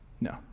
No